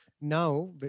Now